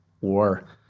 war